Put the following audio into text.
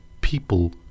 people